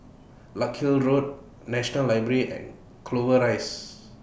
Larkhill Road National Library and Clover Rise